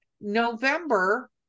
November